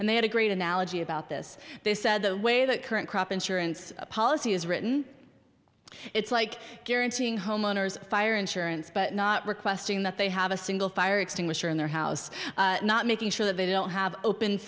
and they had a great analogy about this they said the way the current crop insurance policy is written it's like guaranteeing homeowners fire insurance but not requesting that they have a single fire extinguisher in their house not making sure that they don't have open